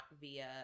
via